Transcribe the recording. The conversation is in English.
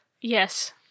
Yes